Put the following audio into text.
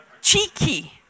cheeky